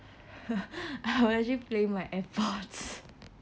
I actually playing my AirPods